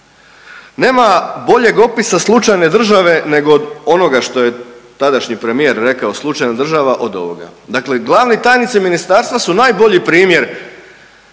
Nema boljeg opisa slučajne države nego od onoga što je tadašnji premijer rekao slučajna država od ovoga, dakle glavni tajnici ministarstva su najbolji primjer